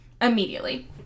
immediately